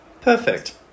Perfect